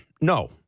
no